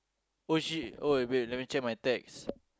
oh she oh wait let me check my text